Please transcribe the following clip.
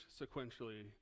sequentially